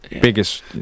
biggest